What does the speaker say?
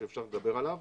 שאפשר לדבר עליו.